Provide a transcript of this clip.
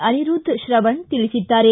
ಅನಿರುದ್ಧೆ ಶ್ರವಣ್ ತಿಳಿಸಿದ್ದಾರೆ